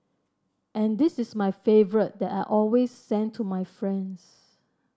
and this is my favourite that I always send to my friends